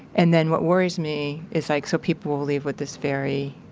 and then what worries me is like, so people will will leave with this very,